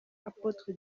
apotre